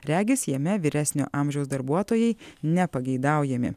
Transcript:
regis jame vyresnio amžiaus darbuotojai nepageidaujami